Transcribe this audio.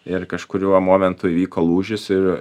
ir kažkuriuo momentu įvyko lūžis ir